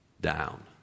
down